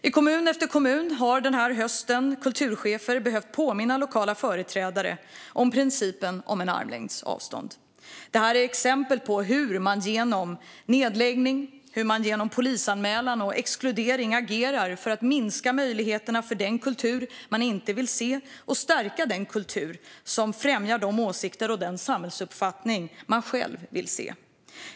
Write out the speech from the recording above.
I kommun efter kommun har under hösten kulturchefer behövt påminna lokala företrädare om principen om armlängds avstånd. Det här är exempel på hur man genom nedläggning, polisanmälan och exkludering agerar för att minska möjligheterna för den kultur man inte vill se och stärka den kultur som främjar de åsikter och den samhällsuppfattning man själv har.